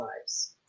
lives